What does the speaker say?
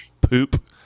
poop